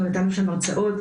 אנחנו נתנו שם הרצאות,